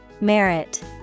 Merit